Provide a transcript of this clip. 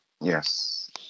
yes